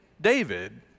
David